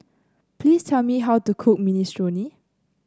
please tell me how to cook Minestrone